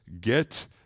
get